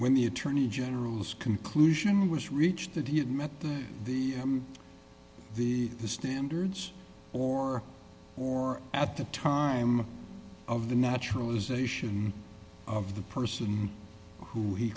when the attorney general's conclusion was reached that he had met the the the the standards or or at the time of the naturalization of the person who he